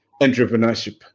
entrepreneurship